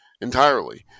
entirely